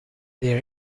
they